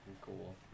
cool